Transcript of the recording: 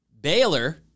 Baylor